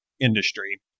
industry